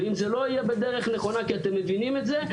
ואם זה לא יהיה בדרך נכונה כי אתם מבינים את זה,